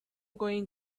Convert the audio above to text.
going